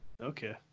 okay